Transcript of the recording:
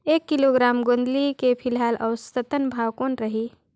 एक किलोग्राम गोंदली के फिलहाल औसतन भाव कौन रही?